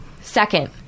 Second